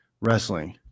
wrestling